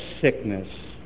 sickness